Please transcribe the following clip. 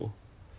你要去哪里吃